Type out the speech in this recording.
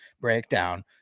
breakdown